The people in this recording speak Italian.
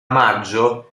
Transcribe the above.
maggio